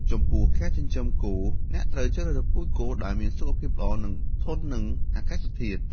ចំពោះការចិញ្ចឹមគោ អ្នកត្រូវជ្រើសរើសពូជគោដែលមានសុខភាពល្អ និងធន់នឹងអាកាសធាតុ។